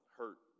hurt